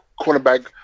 cornerback